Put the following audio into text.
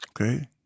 okay